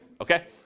okay